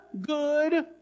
good